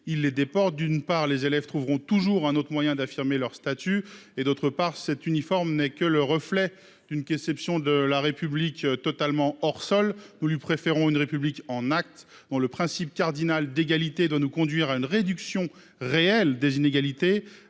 il les déporte. D'une part, les élèves trouveront toujours un autre moyen d'affirmer leur statut. D'autre part, cet uniforme n'est que le reflet d'une conception de la République totalement hors-sol. Nous lui préférons une République en actes, dont le principe cardinal d'égalité doit conduire à une réduction réelle des inégalités,